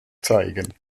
zeigen